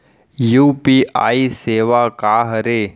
UPI सेवा का हरे?